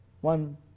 one